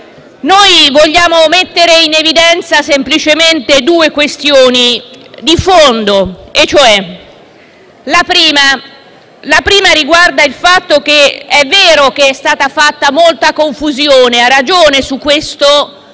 Noi vogliamo mettere in evidenza semplicemente due questioni di fondo. La prima questione riguarda il fatto che è vero che è stata fatta molta confusione - su questo